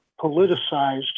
politicized